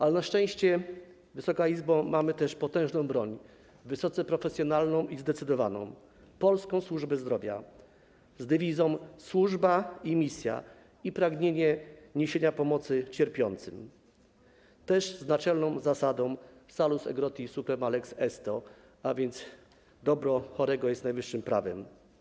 Ale na szczęście, Wysoka Izbo, mamy też potężną broń, wysoce profesjonalną i zdecydowaną - polską służbę zdrowia z dewizą: służba i misja, z pragnieniem niesienia pomocy cierpiącym, a także z naczelną zasadą: salus aegroti suprema lex esto, a więc: dobro chorego jest najwyższym prawem.